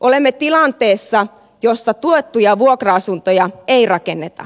olemme tilanteessa jossa tuettuja vuokra asuntoja ei rakenneta